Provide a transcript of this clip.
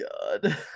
god